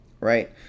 right